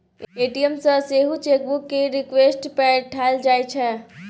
ATM सँ सेहो chequebook केर रिक्वेस्ट पठाएल जाइ छै